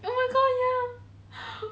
oh my god ya